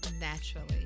naturally